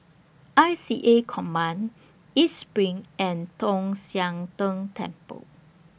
I C A Coastal Command East SPRING and Tong Sian Tng Temple